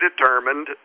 determined